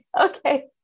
okay